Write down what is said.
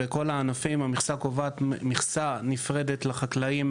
בכל הענפים המכסה קובעת מכסה נפרדת לחקלאים,